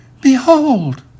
Behold